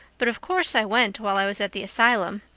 but of course i went while i was at the asylum.